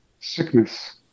sickness